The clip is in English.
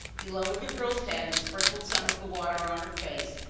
he lowered the girl's head and sprinkled some of the water on her face,